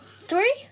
Three